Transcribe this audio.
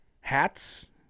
Hats